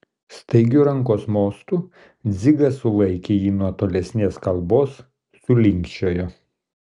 staigiu rankos mostu dzigas sulaikė jį nuo tolesnės kalbos sulinkčiojo